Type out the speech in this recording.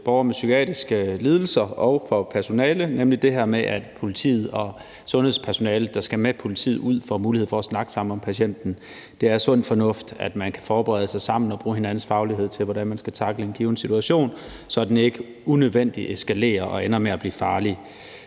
borgere med psykiatriske lidelser og for personalet, nemlig det her med, at politiet og sundhedspersonalet, der skal med politiet ud, får mulighed for at snakke sammen om patienten. Det er sundt fornuft, at man kan forberede sig sammen og bruge hinandens faglighed til, hvordan man skal tackle en given situation, så den ikke unødvendigt eskalerer og ender med at blive farlig.